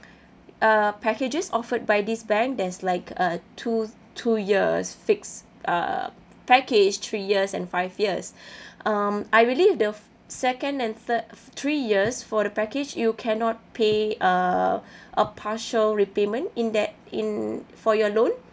uh packages offered by this bank there's like uh two two years fixed uh package three years and five years um I believe the second and third three years for the package you cannot pay uh a partial repayment in that in for your loan